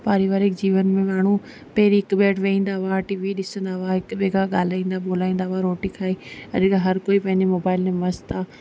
पारिवारिक जीवन में माण्हू पहिरीं हिक ॿिए वटि वेंदा हुआ टी वी ॾिसंदा हुआ हिक ॿिए खां ॻाल्हाईंदा ॿोलाईंदा हुआ रोटी खाई अॼु त हर कोई पंहिंजे मोबाइल में मस्तु आहे